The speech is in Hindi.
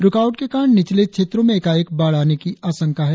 रुकावट के कारण निचले क्षेत्रों में एकाएक बाढ़ आने की आशंका है